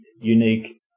unique